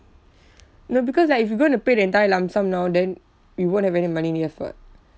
no because like if you going to pay the entire lump sum now then we won't have any money left [what]